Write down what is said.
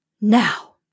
Now